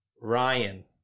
Ryan